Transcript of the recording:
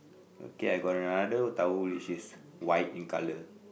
okay I got another towel which is white in colour